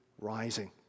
rising